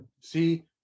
See